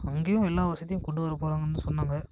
அங்கேயும் எல்லா வசதியும் கொண்டு வரப்போகிறாங்கன்னு சொன்னாங்க